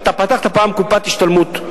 אתה פתחת פעם קופת השתלמות,